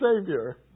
Savior